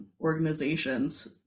organizations